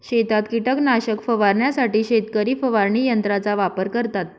शेतात कीटकनाशक फवारण्यासाठी शेतकरी फवारणी यंत्राचा वापर करतात